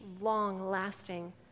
long-lasting